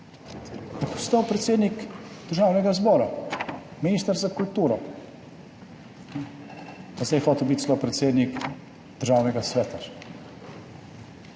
postal predsednik Državnega zbora, minister za kulturo, pa zdaj je hotel biti celo predsednik Državnega sveta.